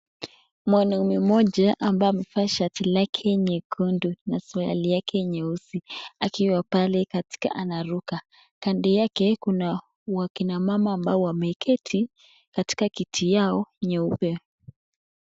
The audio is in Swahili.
Mwanaume mmoja ambaye amevaa shati lake nyekundu na suruali yake nyeusi akiwa pale katikati anaruka, kando yake kuna wakina mama ambao wameketi katika kiti yao nyeupe.